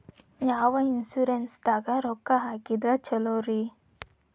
ಯಾವ ಇನ್ಶೂರೆನ್ಸ್ ದಾಗ ರೊಕ್ಕ ಹಾಕಿದ್ರ ಛಲೋರಿ?